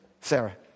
Sarah